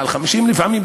מעל 50 לפעמים,